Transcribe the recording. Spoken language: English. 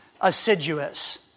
assiduous